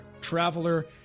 traveler